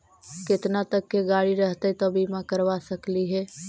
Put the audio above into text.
केतना तक के गाड़ी रहतै त बिमा करबा सकली हे?